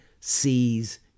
sees